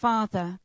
Father